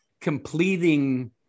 completing